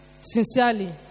Sincerely